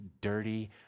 dirty